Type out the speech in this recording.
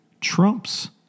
trumps